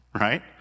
right